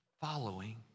following